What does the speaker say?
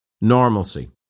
normalcy